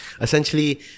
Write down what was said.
Essentially